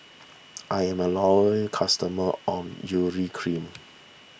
I'm a loyal customer of Urea Cream